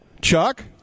Chuck